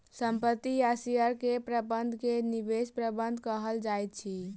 संपत्ति आ शेयर के प्रबंधन के निवेश प्रबंधन कहल जाइत अछि